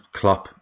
Klopp